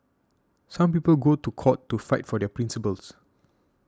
some people go to court to fight for their principles